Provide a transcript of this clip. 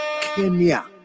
Kenya